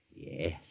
Yes